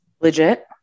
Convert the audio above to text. legit